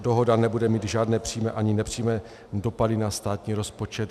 Dohoda nebude mít žádné přímé ani nepřímé dopady na státní rozpočet.